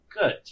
Good